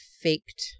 faked